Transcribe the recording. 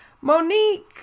Monique